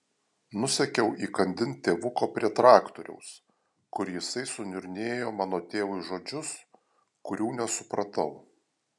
nusekiau įkandin tėvuko prie traktoriaus kur jisai suniurnėjo mano tėvui žodžius kurių nesupratau